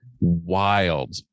wild